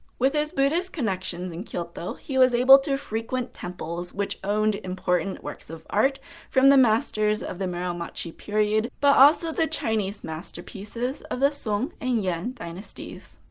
with his buddhist connections in kyoto, he was able to frequent temples which owned important works of art from the masters of the muromachi period, but also chinese masterpieces of the song and yuan dynasties.